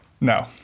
no